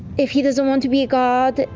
if he doesn't want to be a god,